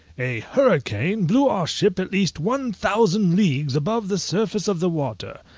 a hurricane blew our ship at least one thousand leagues above the surface of the water,